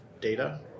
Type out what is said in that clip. data